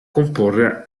comporre